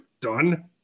done